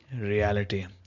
reality